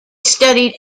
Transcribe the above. studied